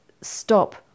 stop